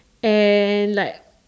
and like